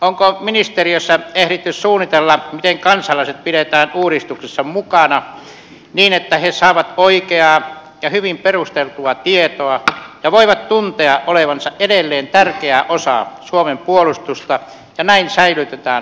onko ministeriössä ehditty suunnitella miten kansalaiset pidetään uudistuksessa mukana niin että he saavat oikeaa ja hyvin perusteltua tietoa ja voivat tuntea olevansa edelleen tärkeä osa suomen puolustusta ja näin säilytetään korkea maanpuolustustahto